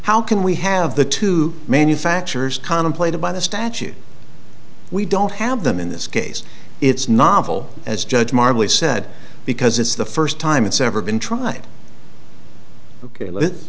how can we have the two manufacturers contemplated by the statute we don't have them in this case it's novel as judge marley said because it's the first time it's ever been tried